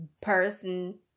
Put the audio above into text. person